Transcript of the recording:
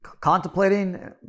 contemplating